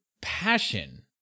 passion